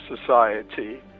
society